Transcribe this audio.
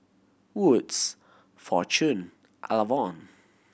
Wood's Fortune Avalon